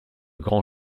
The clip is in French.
grand